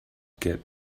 get